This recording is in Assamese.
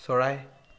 চৰাই